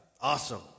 Awesome